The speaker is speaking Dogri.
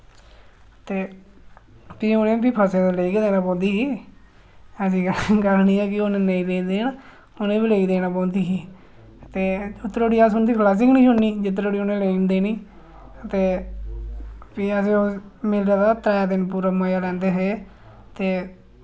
ते फ्ही उ'नै बी फसे दे लेई गै देने पौंदी ही ऐसी गल्ल गल्ल नेईं ऐ कि उ'नै नेईं लेई देना उ'नै बी लेई देना पौंदी ही ते उत धोड़ी असें उंदी खलासी गै निं शुड़नी जित धोड़ी उ'नै लेई निं देनी ते फ्ही अस उस मेले दा त्रै दिन पूरा मजा लैंदे हे ते